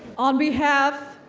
on behalf